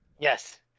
Yes